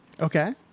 Okay